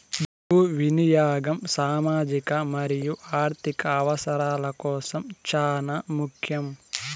భూ వినియాగం సామాజిక మరియు ఆర్ధిక అవసరాల కోసం చానా ముఖ్యం